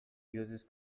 uses